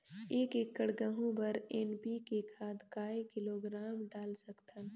एक एकड़ गहूं बर एन.पी.के खाद काय किलोग्राम डाल सकथन?